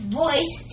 voice